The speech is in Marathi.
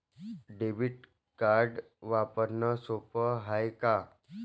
डेबिट कार्ड वापरणं सोप हाय का?